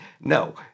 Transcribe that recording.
No